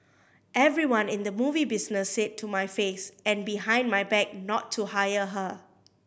everyone in the movie business said to my face and behind my back not to hire her